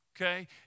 okay